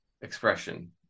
expression